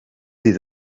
des